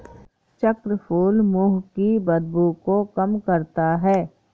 चक्रफूल मुंह की बदबू को कम करता है